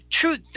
truth